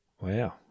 Wow